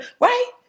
Right